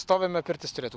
stovime kartais turėtų